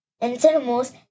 animals